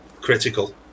critical